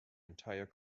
entire